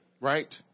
right